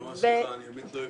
נועה סליחה, באמת לא הבנתי,